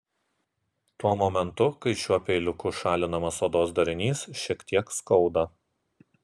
tuo momentu kai šiuo peiliuku šalinamas odos darinys šiek tiek skauda